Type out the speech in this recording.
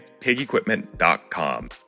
Pigequipment.com